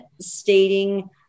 stating